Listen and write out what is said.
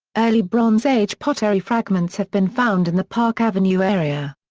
early bronze age pottery fragments have been found in the park avenue area.